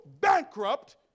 bankrupt